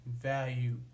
value